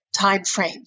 timeframe